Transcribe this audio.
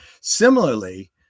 Similarly